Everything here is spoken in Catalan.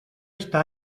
està